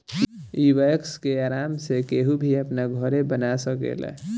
इ वैक्स के आराम से केहू भी अपना घरे बना सकेला